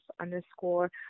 underscore